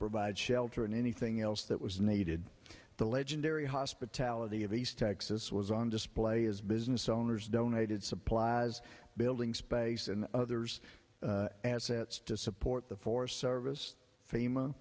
provide shelter and anything else that was needed the legendary hospitality of east texas was on display as business owners donated supplies building space and others assets to support the forest service f